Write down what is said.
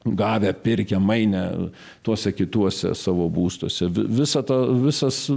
gavę pirkę mainę tuose kituose savo būstuose vi visą tą visas